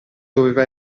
doveva